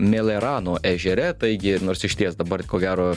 milerano ežere taigi nors išties dabar ko gero